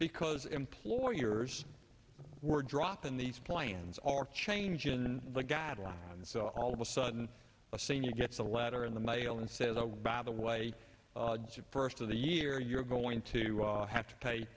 because employers were dropping these planes are changes in the guidelines and so all of a sudden a senior gets a letter in the mail and says oh by the way the first of the year you're going to have to